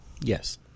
Yes